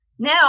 Now